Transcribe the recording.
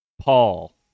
Paul